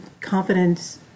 confidence